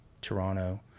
Toronto